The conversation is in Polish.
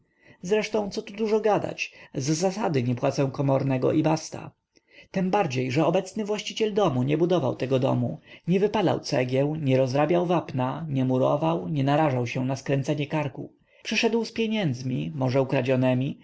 zresztą co tu gadać z zasady nie płacę komornego i basta tembardziej że obecny właściciel domu nie budował tego domu nie wypalał cegieł nie rozrabiał wapna nie murował nie narażał się na skręcenie karku przyszedł z pieniędzmi może ukradzionemi